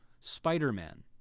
Spider-Man